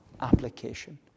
application